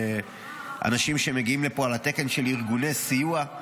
אנשים שמגיעים לפה על תקן של ארגוני סיוע.